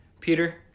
Peter